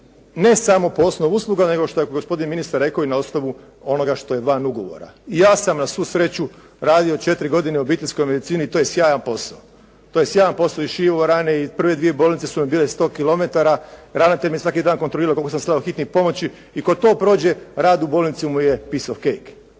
ne samo po osnovu usluga nego što je gospodin ministar rekao na osnovu onoga što je van ugovora. I ja sam na svu sreću radio 4 godine u obiteljskoj medicini i to je sjajan posao. To je sjajan posao. I šivao rane i prve dvije bolnice su mi bile 100 kilometara. Ravnatelj mi je svaki dan kontrolirao koliko sam slao hitnih pomoći i tko to prođe rad u bolnici mu je «peace of cake».